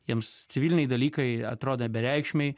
jiems civiliniai dalykai atrodo bereikšmiai